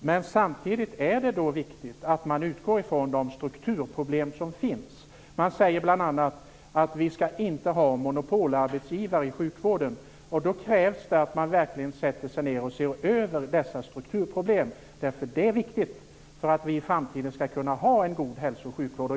Men samtidigt är det då viktigt att man utgår från de strukturproblem som finns. Man säger bl.a. att vi inte skall ha monopolarbetsgivare i sjukvården. Då krävs det att man verkligen sätter sig ned och ser över dessa strukturproblem. Det är viktigt för att vi i framtiden skall kunna ha en god hälso och sjukvård.